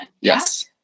Yes